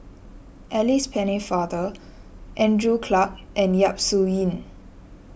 Alice Pennefather Andrew Clarke and Yap Su Yin